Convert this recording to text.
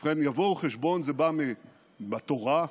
ובכן, "יבואו חשבון" זה בא מן התורה.